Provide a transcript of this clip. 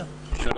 אין